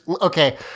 Okay